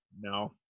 No